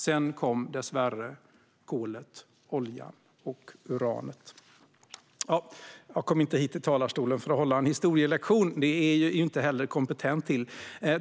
Sedan kom dessvärre kolet, oljan och uranet. Jag kom inte hit till talarstolen för att hålla en historielektion; det är jag inte heller kompetent till.